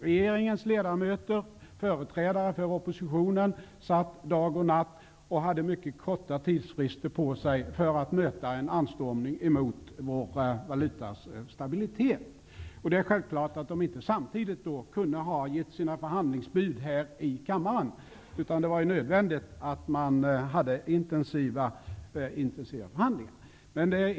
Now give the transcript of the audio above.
Regeringens ledamöter och företrädare för oppositionen satt i överläggningar dag och natt och hade mycket korta tidsfrister på sig för att möta en anstormning mot vår valutas stabilitet. Det är sjävklart att de inte samtidigt kunde ha givit sina förhandlingsbud här i kammaren, utan det var nödvändigt med intensiva förhandlingar.